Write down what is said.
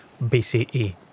BCE